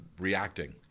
reacting